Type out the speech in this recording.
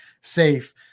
safe